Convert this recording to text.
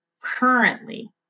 currently